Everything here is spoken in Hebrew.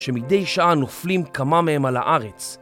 שמדי שעה נופלים כמה מהם על הארץ